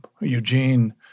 Eugene